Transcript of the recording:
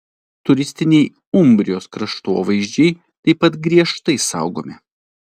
turistiniai umbrijos kraštovaizdžiai taip pat griežtai saugomi